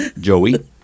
Joey